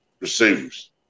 receivers